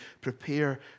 prepare